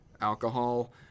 alcohol